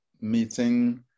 meeting